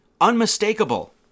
unmistakable